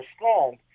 strong